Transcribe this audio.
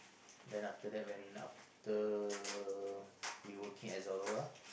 then after that when after we working at Zalora